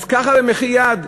אז ככה, במחי יד?